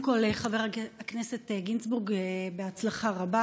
קודם כול, חבר הכנסת גינזבורג, בהצלחה רבה